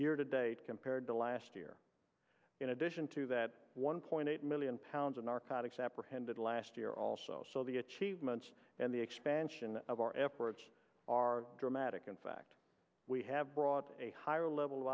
year to date compared to last year in addition to that one point eight million pounds of narcotics apprehended last year also so the achievements and the expansion of our efforts are dramatic in fact we have brought a higher level